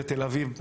בתל אביב,